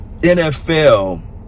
NFL